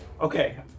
okay